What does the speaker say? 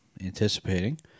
anticipating